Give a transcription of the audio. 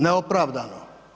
Neopravdano.